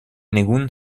ningún